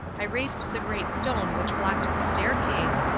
i raised the great stone which blocked the staircase,